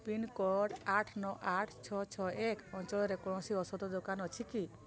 pincode ଆଠ ନଅ ଆଠ ଛଅ ଛଅ ଏକ ଅଞ୍ଚଳରେ କୌଣସି ଔଷଧ ଦୋକାନ ଅଛି କି